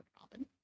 Robin